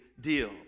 deal